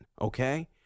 Okay